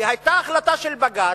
כי היתה החלטה של בג"ץ,